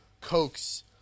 coax